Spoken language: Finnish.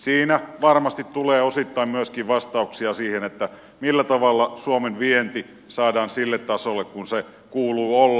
siinä varmasti tulee osittain myöskin vastauksia siihen millä tavalla suomen vienti saadaan sille tasolle jolla sen kuuluu olla